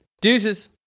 Deuces